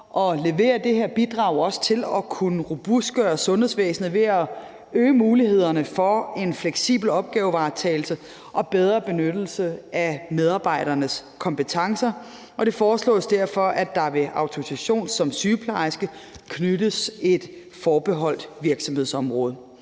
at levere det her bidrag til også at kunne robustgøre sundhedsvæsenet ved at øge mulighederne for en fleksibel opgavevaretagelse og bedre benyttelse af medarbejdernes kompetencer. Det foreslås derfor, at der ved autorisation som sygeplejerske knyttes et forbeholdt virksomhedsområde.